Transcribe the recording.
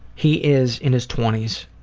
he is in his twenty s